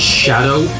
shadow